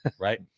right